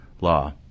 law